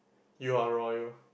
you are royal